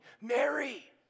Mary